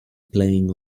playing